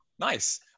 Nice